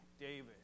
David